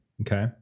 Okay